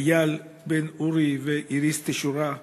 איל בן אורי ואיריס תשורה,